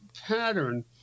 pattern